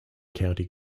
county